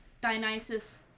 Dionysus